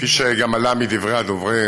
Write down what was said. כפי שעלה מדברי הדוברים,